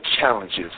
challenges